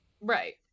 Right